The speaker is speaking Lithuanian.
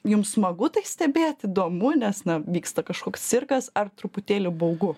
jums smagu tai stebėt įdomu nes na vyksta kažkoks cirkas ar truputėlį baugu